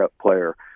player